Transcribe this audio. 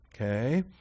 okay